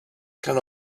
can